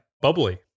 Bubbly